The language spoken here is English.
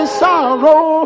sorrow